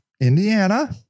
Indiana